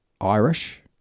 Irish